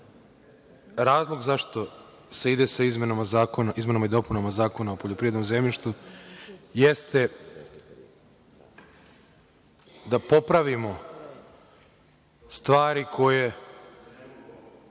razlog zašto se ide sa izmenama i dopunama Zakona o poljoprivrednom zemljištu jeste da popravimo stvari koje